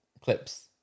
clips